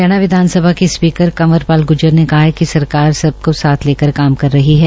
हरियाणा विधानसभा के स्पीकर कंवरपाल गुर्जर ने कहा है कि सरकार सबको साथ लेकर काम कर रही है